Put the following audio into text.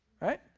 right